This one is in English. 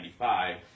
1995